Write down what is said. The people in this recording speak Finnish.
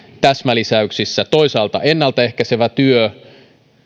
täsmälisäyksissä toisaalta ennalta ehkäisevä työ